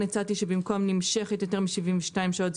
הצעתי שבמקום "שנמשכת יותר מ-72 שעות",